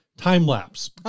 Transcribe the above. time-lapse